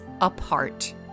apart